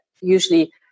usually